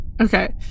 Okay